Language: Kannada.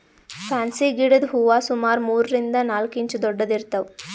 ಫ್ಯಾನ್ಸಿ ಗಿಡದ್ ಹೂವಾ ಸುಮಾರ್ ಮೂರರಿಂದ್ ನಾಲ್ಕ್ ಇಂಚ್ ದೊಡ್ಡದ್ ಇರ್ತವ್